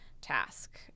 task